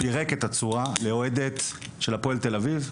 פירק את הצורה לאוהדת של הפועל תל אביב.